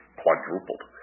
quadrupled